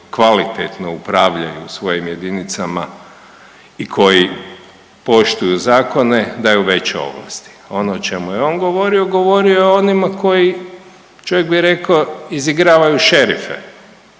kvalitetno upravljaju svojim jedinicama i koji poštuju zakone daju veće ovlasti. Ono o čemu je on govorio, govorio je o onima koji čovjek bi rekao izigravaju šerife,